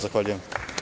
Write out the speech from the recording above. Zahvaljujem.